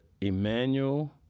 Emmanuel